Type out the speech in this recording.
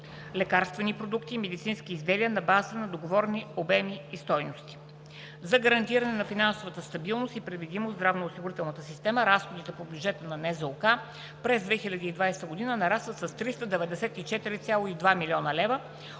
лекарствени продукти и медицински изделия на базата на договаряните обеми и стойности. За гарантиране на финансовата стабилност и предвидимост в здравноосигурителната система разходите по бюджета на Националната здравноосигурителна каса